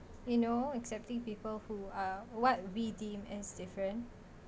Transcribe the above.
you know accepting people who are what we deem as different